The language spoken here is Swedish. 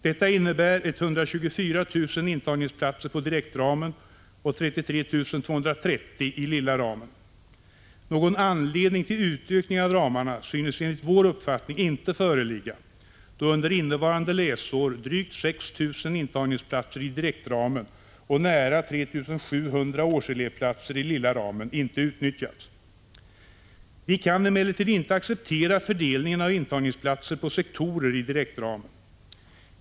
Detta innebär 124 000 intagningsplatser i direktramen och 33 230 i lilla ramen. Någon anledning till utökning av ramarna synes enligt vår uppfattning inte föreligga, då under innevarande läsår drygt 6 000 intagningsplatser i direktramen och nära 3 700 årselevplatser i lilla ramen inte utnyttjats. Vi kan emellertid inte acceptera fördelningen av intagningsplatser på sektorer i direktramen.